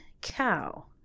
cow